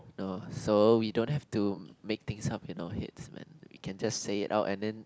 no so we don't have to make things up in our heads man we can just say it out and then